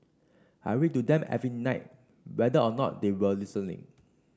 I read to them every night whether or not they were listening